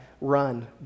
Run